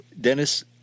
Dennis